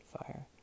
fire